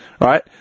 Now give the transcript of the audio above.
right